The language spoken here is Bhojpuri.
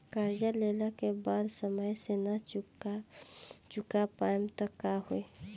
कर्जा लेला के बाद समय से ना चुका पाएम त का होई?